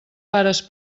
pares